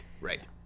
Right